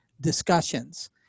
discussions